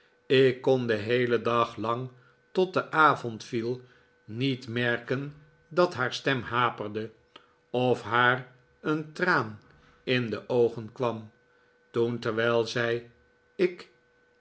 ik kon den heelen dag lang tot de avond viel niet merken dat haar stem haperde of haar een traan in de oogen kwam toen terwijl zij ik